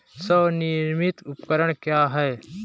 स्वनिर्मित उपकरण क्या है?